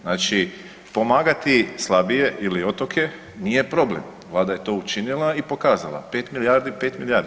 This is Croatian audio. Znači pomagati slabije ili otoke nije problem, vlada je to učinila i pokazala, 5 milijardi 5 milijardi.